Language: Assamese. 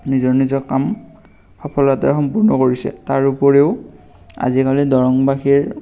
নিজৰ নিজৰ কাম সফলতাৰে সম্পূৰ্ণ কৰিছে তাৰোপৰিও আজিকালি দৰংবাসীৰ